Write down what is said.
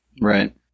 right